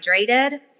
hydrated